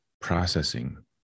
processing